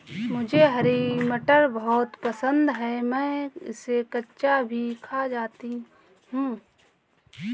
मुझे हरी मटर बहुत पसंद है मैं इसे कच्चा भी खा जाती हूं